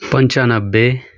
पन्चन्नब्बे